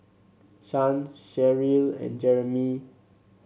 Shan Sherrill and Jeremie